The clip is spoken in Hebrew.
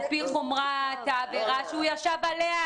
על פי חומרת העבירה שהוא ישב עליה,